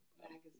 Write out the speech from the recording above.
magazine